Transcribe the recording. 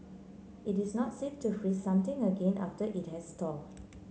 it is not safe to freeze something again after it has thawed